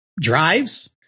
drives